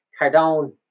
Cardone